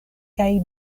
kaj